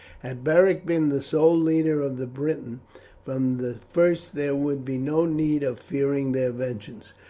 had beric been the sole leader of the britons from the first there would be no need of fearing their vengeance,